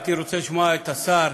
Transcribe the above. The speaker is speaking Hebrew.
הייתי רוצה לשמוע את השר,